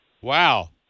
Wow